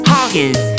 Hawkins